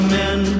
men